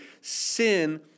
Sin